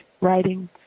writing